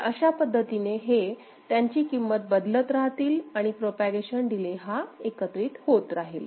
तर अशा पद्धतीने हे त्यांची किंमत बदलत राहतील आणि प्रोपागेशन डिले हा एकत्रित होत राहील